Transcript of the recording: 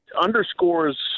underscores